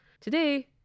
Today